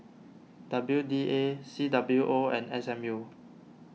W D A C W O and S M U